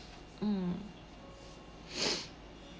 mm